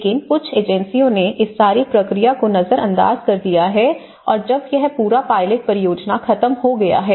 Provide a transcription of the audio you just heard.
लेकिन कुछ एजेंसियों ने इस सारी प्रक्रिया को नजरअंदाज कर दिया है और जब यह पूरा पायलट परियोजना खत्म हो गया है